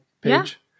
page